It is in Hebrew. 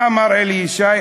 מה אמר אלי ישי?